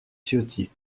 ciotti